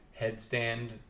headstand